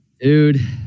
dude